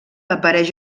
apareix